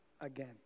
again